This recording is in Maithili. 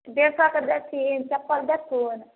डेढ़ सएके देथिन चप्पल दथिन